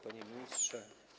Panie Ministrze!